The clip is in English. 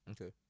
Okay